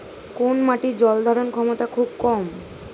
কোন মাটির জল ধারণ ক্ষমতা খুব কম?